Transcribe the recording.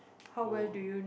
oh